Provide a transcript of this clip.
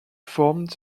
formed